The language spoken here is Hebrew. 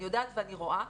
אני יודעת ואני רואה.